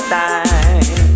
time